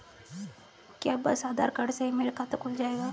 क्या बस आधार कार्ड से ही मेरा खाता खुल जाएगा?